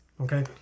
Okay